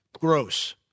gross